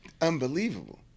unbelievable